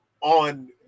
on